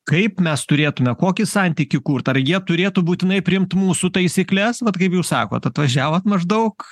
kaip mes turėtume kokį santykį kurt ar jie turėtų būtinai priimt mūsų taisykles vat kaip jūs sakot atvažiavot maždaug